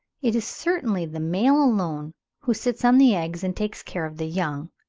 it is certainly the male alone who sits on the eggs and takes care of the young.